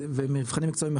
ומבחנים מקצועיים אחרים,